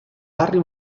barri